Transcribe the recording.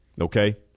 Okay